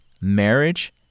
marriage